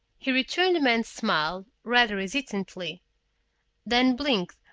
he returned the man's smile, rather hesitantly then blinked,